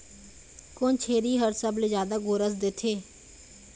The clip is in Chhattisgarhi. कोन छेरी हर सबले जादा गोरस देथे?